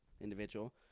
individual